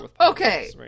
Okay